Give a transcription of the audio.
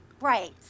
Right